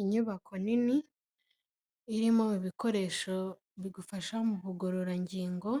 Inyubako nini irimo ibikoresho bigufasha mu bugorora ngingo,